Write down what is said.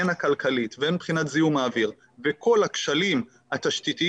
הן הכלכלית והן מבחינת זיהום האוויר וכל הכשלים התשתיתיים